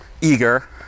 eager